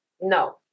No